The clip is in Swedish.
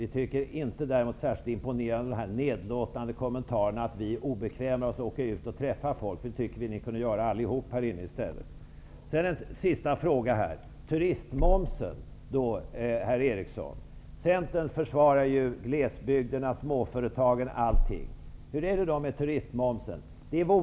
Vi tycker inte att det är särskilt imponerande med de nedlåtande kommentarerna om att vi gör oss besväret att åka ut och träffa folk; det tycker vi att ni alla kunde göra. Min sista fråga gäller turistmomsen. Centern försvarar ju glesbygden och småföretagen. Hur är det med turistmomsen?